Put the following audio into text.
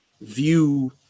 view